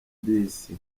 bisi